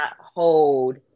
hold